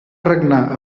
regnar